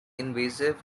invasive